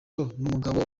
n’umugabo